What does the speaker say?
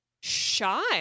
shy